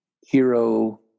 hero